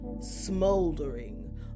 smoldering